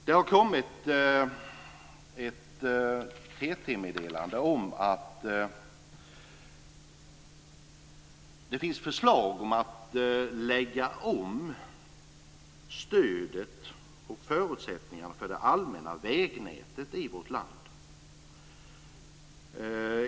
Det har kommit ett TT meddelande om att det finns förslag om att lägga om stödet och förutsättningarna för det allmänna vägnätet i vårt land.